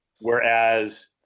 Whereas